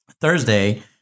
Thursday